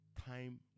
Time